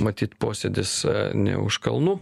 matyt posėdis ne už kalnų